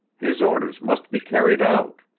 his orders must be carried out